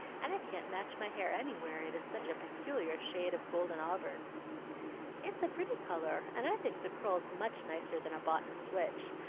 and i can't match my hair anywhere, it is such a peculiar shade of golden-auburn. it's a pretty color, and i think the curls much nicer than a boughten switch,